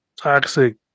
toxic